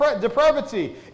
depravity